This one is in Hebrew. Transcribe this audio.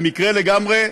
במקרה לגמרי,